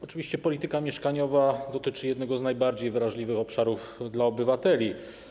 Oczywiście polityka mieszkaniowa dotyczy jednego z najbardziej wrażliwych obszarów dla obywateli.